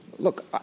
Look